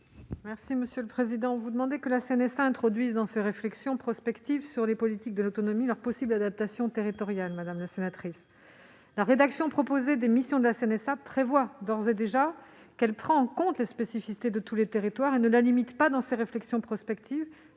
? Madame la sénatrice, vous demandez que la CNSA introduise dans ses réflexions prospectives sur les politiques de l'autonomie leurs possibles adaptations territoriales. La rédaction proposée des missions de la CNSA prévoit d'ores et déjà qu'elle prend en compte les spécificités de tous les territoires et ne la limite pas dans ses réflexions prospectives.